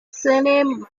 surname